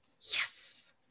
yes